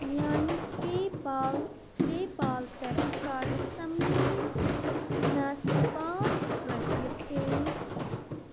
میانہِ PayPal PayPal پٮ۪ٹھٕ کَر سمریٖنس پانژھ ہَتھ رۄپیہِ پے